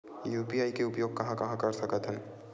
UPI के उपयोग कहां कहा कर सकत हन?